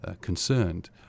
concerned